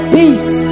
peace